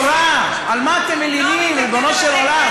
הוא לא יקבל פטור מארנונה,